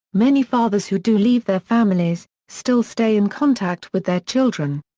many fathers who do leave their families, still stay in contact with their children.